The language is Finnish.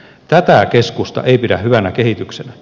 tätä keskusta ei pidä hyvänä kehityksenä